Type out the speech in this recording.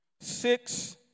six